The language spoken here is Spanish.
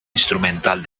instrumental